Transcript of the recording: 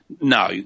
No